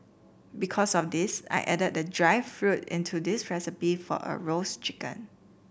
because of this I added the dried fruit into this recipe for a roast chicken